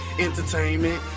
entertainment